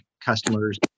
customers